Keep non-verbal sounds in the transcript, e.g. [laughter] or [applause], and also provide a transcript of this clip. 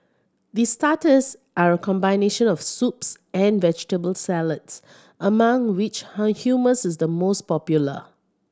the starters are a combination of soups and vegetable salads among which [unintelligible] humours is the most popular